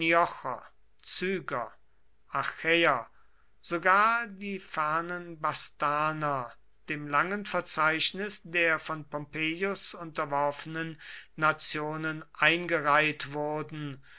sogar die fernen bastarner dem langen verzeichnis der von pompeius unterworfenen nationen eingereiht wurden